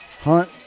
Hunt